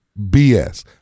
BS